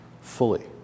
fully